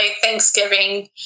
Thanksgiving